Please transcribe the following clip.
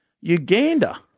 Uganda